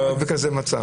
בקצרה.